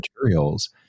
materials